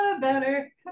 Better